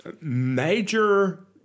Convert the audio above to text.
major